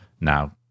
now